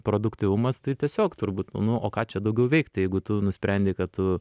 produktyvumas tai tiesiog turbūt nu o ką čia daugiau veikt jeigu tu nusprendei kad tu